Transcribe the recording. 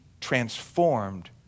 transformed